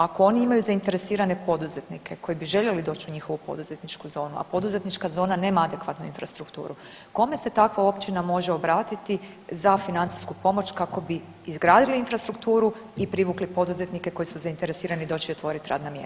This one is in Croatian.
Ako oni imaju zainteresirane poduzetnike koji bi željeli doć u njihovu poduzetničku zonu, a poduzetnička zona nema adekvatnu infrastrukturu, kome se takva općina može obratiti za financijsku pomoć kako bi izgradili infrastrukturu i privukli poduzetnike koji su zainteresirani doći i otvorit radna mjesta?